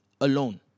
alone